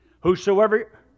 Whosoever